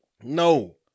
no